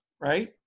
right